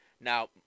Now